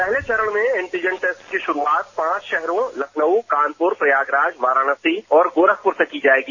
पहले चरण में एनटीजेन्ट टेस्ट की शुरूआत पांच शहरों लखनऊ कानपुर प्रयागराज वाराणसी और गोरखपुर से की जाएगी